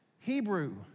Hebrew